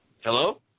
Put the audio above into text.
hello